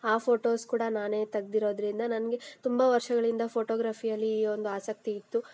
ಆ ಫೋಟೋಸ್ ಕೂಡ ನಾನೇ ತೆಗ್ದಿರೋದ್ರಿಂದ ನನಗೆ ತುಂಬ ವರ್ಷಗಳಿಂದ ಫೋಟೋಗ್ರಫಿಯಲ್ಲಿ ಈ ಒಂದು ಆಸಕ್ತಿ ಇತ್ತು